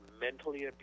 mentally